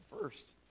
First